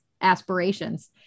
aspirations